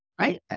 Right